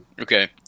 Okay